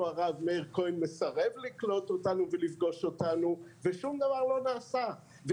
הרב מאיר כהן מסרב לקלוט אותנו ולפגוש אותנו ושום דבר לא נעשה.